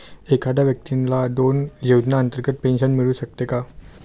एखाद्या व्यक्तीला दोन योजनांतर्गत पेन्शन मिळू शकते का?